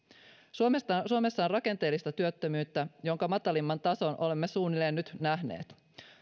suomessa on rakenteellista työttömyyttä jonka matalimman tason olemme nyt suunnilleen nähneet